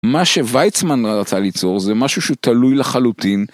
מה שוויצמן רצה ליצור זה משהו שהוא תלוי לחלוטין.